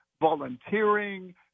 volunteering